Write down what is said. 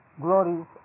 glories